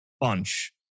bunch